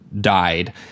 died